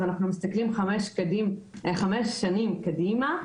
כך אנחנו מסתכלים חמש שנים קדימה,